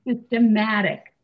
systematic